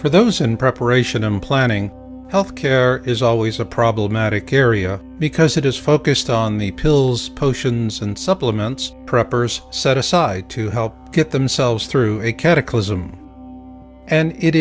for those in preparation and planning healthcare is always a problematic area because it is focused on the pills potions and supplements preppers set aside to help get themselves through a